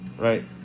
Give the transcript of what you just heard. right